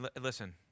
Listen